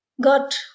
got